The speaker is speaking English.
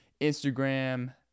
Instagram